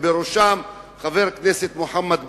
ובראשם חבר הכנסת מוחמד ברכה.